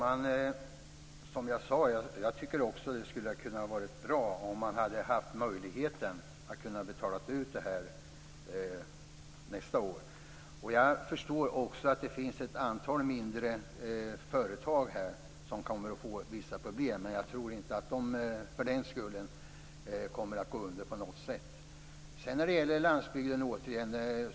Fru talman! Det hade varit bra om det hade varit möjligt att betala ut detta nästa år. Jag förstår att det finns ett antal mindre företag som kommer att få vissa problem. Jag tror inte att de för den skull kommer att gå under.